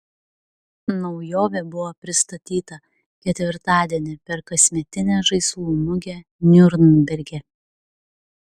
naujovė buvo pristatyta ketvirtadienį per kasmetinę žaislų mugę niurnberge